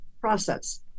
process